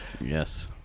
Yes